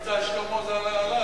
"מבצע שלמה" זה על שמו.